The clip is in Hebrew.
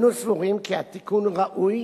אנו סבורים כי התיקון ראוי